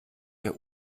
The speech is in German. der